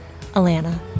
Alana